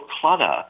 clutter